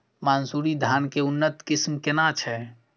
मानसुरी धान के उन्नत किस्म केना छै?